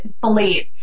believe